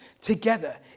together